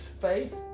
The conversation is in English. faith